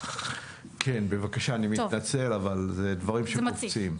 כן, בבקשה, אני מתנצל אבל אלו דברים שקופצים.